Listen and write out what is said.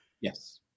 Yes